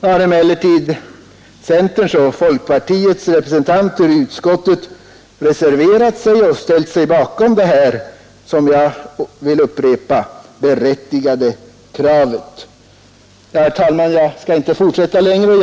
Nu har emellertid centerns och folkpartiets representanter i utskottet reserverat sig till förmån för detta — det vill jag upprepa — berättigade krav. Herr talman! Jag skall inte anföra något ytterligare.